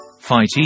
fight